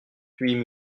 soixante